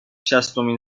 شصتمین